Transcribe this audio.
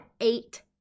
eight